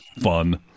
fun